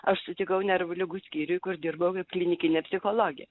aš sutikau nervų ligų skyriuj kur dirbau kaip klinikinė psichologė